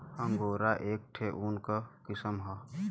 angora एक ठे ऊन क किसम हौ